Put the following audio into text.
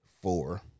Four